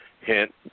Hint